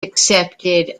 accepted